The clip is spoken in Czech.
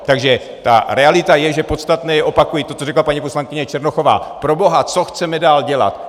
Takže ta realita je, že podstatné je opakuji to, co řekla paní poslankyně Černochová proboha, co chceme dál dělat?